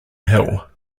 hill